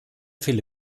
viele